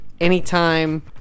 Anytime